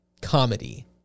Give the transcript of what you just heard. comedy